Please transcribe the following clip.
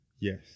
Yes